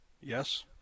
Yes